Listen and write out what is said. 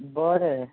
बरें